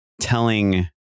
telling